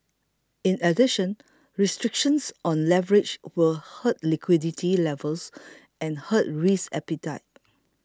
in addition restrictions on leverage will hurt liquidity levels and hurt risk appetite